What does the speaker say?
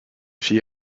she